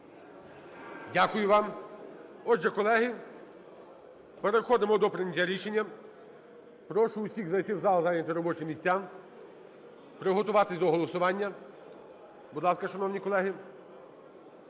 Дякую вам. Отже, колеги, переходимо до прийняття рішення. Прошу усіх зайти в зал, зайняти робочі місця, приготуватися до голосування, будь ласка, шановні колеги.